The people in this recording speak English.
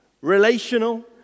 relational